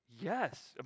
Yes